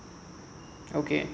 okay